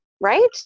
right